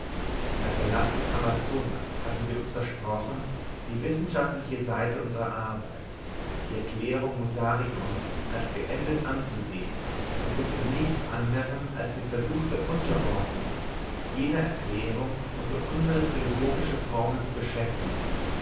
beim verlassen des amazonas hatten wir uns versprochen die wissenschaftliche seite unserer arbeit die erklärung musarions als beendet anzusehen und uns mit nichts anderem als dem versuch der unterordnung jener erklärung unter unsere philosophische formel zu beschäftigen